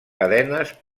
cadenes